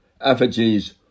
Effigies